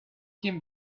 came